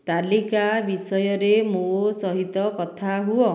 ତାଲିକା ବିଷୟରେ ମୋ ସହିତ କଥା ହୁଅ